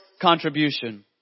contribution